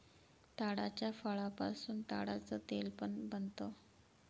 ताडाच्या फळापासून ताडाच तेल पण बनत